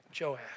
Joash